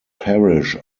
parish